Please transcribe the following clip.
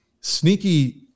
sneaky